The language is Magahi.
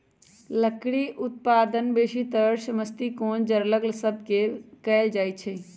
लकड़ी उत्पादन बेसीतर समशीतोष्ण जङगल सभ से कएल जाइ छइ